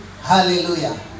Hallelujah